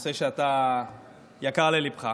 נושא שיקר לליבך,